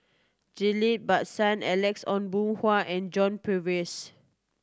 Ghillie Basan Alex Ong Boon Hau and John Purvis